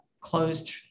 closed